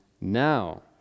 now